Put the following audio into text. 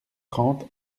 trente